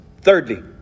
Thirdly